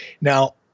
Now